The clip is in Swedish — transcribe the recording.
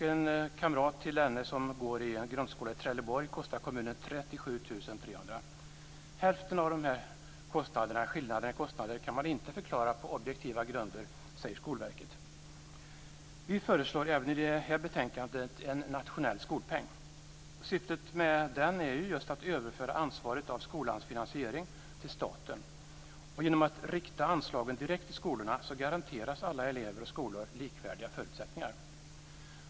En kamrat som går i grundskolan i Trelleborg kostar kommunen 37 300 kr. Hälften av den här skillnaden i kostnader kan man inte förklara på objektiva grunder, säger Skolverket. Vi föreslår även i det här betänkandet en nationell skolpeng. Syftet med den är just att överföra ansvaret för skolans finansiering till staten. Genom att rikta anslagen direkt till skolorna garanteras alla elever och skolor likvärdiga förutsättningar.